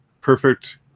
perfect